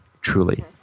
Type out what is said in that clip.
truly